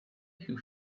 who